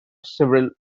several